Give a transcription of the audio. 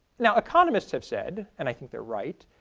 now economists have said, and i think they're right,